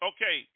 Okay